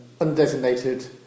undesignated